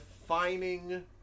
defining